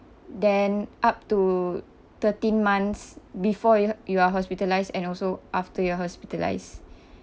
then up to thirteen months before you're you are hospitalized and also after you're hospitalized